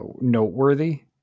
noteworthy